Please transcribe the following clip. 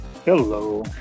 Hello